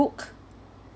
booked